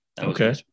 okay